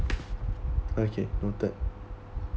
okay noted